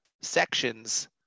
sections